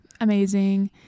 amazing